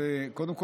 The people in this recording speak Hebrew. קודם כול,